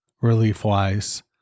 relief-wise